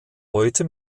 heute